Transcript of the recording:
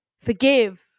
Forgive